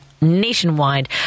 nationwide